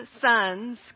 sons